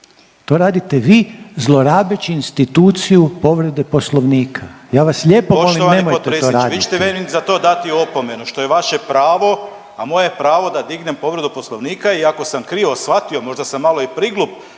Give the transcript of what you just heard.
to radite vi zlorabeći instituciju povrede poslovnika, ja vas lijepo molim nemojte to raditi/….